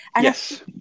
Yes